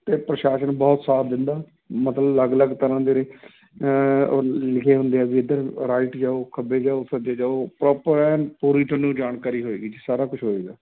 ਅਤੇ ਪ੍ਰਸ਼ਾਸਨ ਬਹੁਤ ਸਾਥ ਦਿੰਦਾ ਮਤਲਬ ਅਲੱਗ ਅਲੱਗ ਤਰ੍ਹਾਂ ਦੇ ਲ ਲਿਖੇ ਹੁੰਦੇ ਆ ਵੀ ਇੱਧਰ ਰਾਈਟ ਜਾਓ ਖੱਬੇ ਜਾਓ ਸੱਜੇ ਜਾਓ ਪ੍ਰੋਪਰ ਐਨ ਪੂਰੀ ਤੁਹਾਨੂੰ ਜਾਣਕਾਰੀ ਹੋਏਗੀ ਜੀ ਸਾਰਾ ਕੁਛ ਹੋਏਗਾ